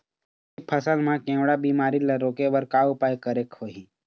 रागी फसल मा केवड़ा बीमारी ला रोके बर का उपाय करेक होही?